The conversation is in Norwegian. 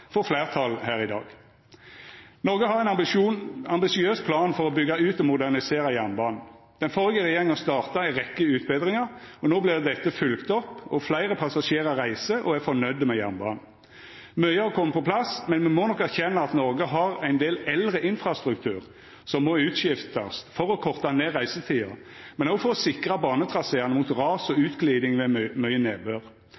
får fleirtal her i dag. Noreg har ein ambisiøs plan for å byggja ut og modernisera jernbanen. Den førre regjeringa starta ei rekke utbetringar. No vert dette følgt opp, og fleire passasjerar reiser og er fornøgde med jernbanen. Mykje har kome på plass, men me må nok erkjenna at Noreg har ein del eldre infrastruktur som må skiftast ut for å korta ned reisetida, men òg for å sikra banetraseane mot ras og